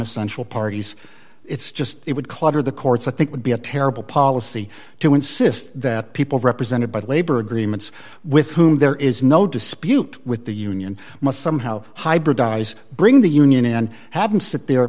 essential parties it's just it would clutter the courts i think would be a terrible policy to insist that people represented by the labor agreements with whom there is no dispute with the union must somehow hybridise bring the union and have them sit there